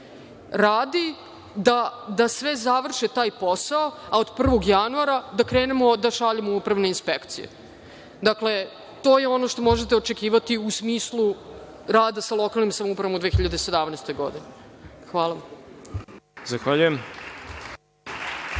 Radi da bi završili taj posao, a od 1. januara da krenemo da šaljemo upravne inspekcije. Dakle, to je ono što možete očekivati u smislu rada sa lokalnim samoupravama u 2017. godini. Hvala. **Đorđe